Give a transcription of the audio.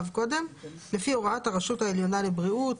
לפי הוראת הרשות העליונה לבריאות.